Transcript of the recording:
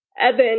Evan